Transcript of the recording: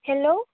hello